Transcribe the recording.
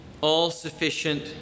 all-sufficient